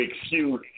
excuse